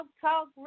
Talk